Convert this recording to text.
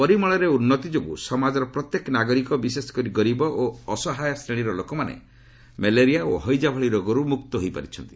ପରିମଳରେ ଉନ୍ନତି ଯୋଗୁଁ ସମାଜର ପ୍ରତ୍ୟେକ ନାଗରିକ ବିଶେଷକରି ଗରିବ ଓ ଅସହାୟ ଶ୍ରେଣୀର ଲୋକମାନେ ମ୍ୟାଲେରିଆ ଓ ହଇଜା ଭଳି ରୋଗରୁ ମୁକ୍ତ ହୋଇପାରିଛନ୍ତି